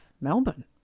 Melbourne